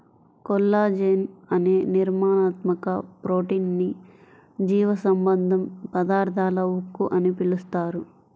collagen అనే నిర్మాణాత్మక protein ని జీవసంబంధ పదార్థాల ఉక్కు అని పిలుస్తారు